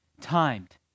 timed